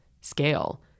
scale